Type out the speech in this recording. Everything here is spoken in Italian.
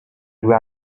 due